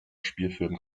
spielfilm